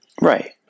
Right